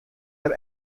der